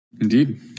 Indeed